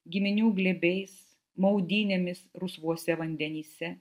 giminių glėbiais maudynėmis rusvuose vandenyse